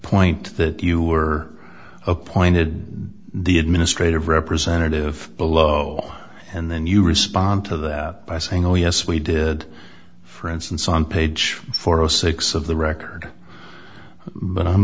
point that you were appointed the administrative representative below and then you respond to that by saying oh yes we did for instance on page four zero six of the record but i'm